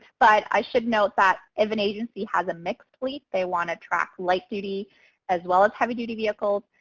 but i should note that if an agency has a mixed fleet they want to track light duty as well as heavy duty vehicles,